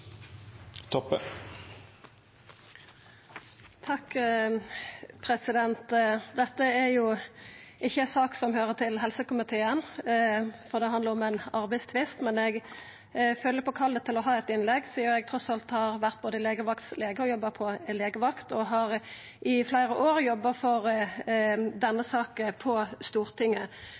Dette er ikkje ei sak som høyrer til helse- og omsorgskomiteen, for det handlar om ein arbeidstvist, men eg føler på kallet til å halda eit innlegg sidan eg trass alt både har jobba som lege på ei legevakt og i fleire år har jobba for denne saka